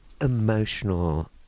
emotional